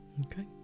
Okay